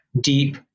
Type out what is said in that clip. deep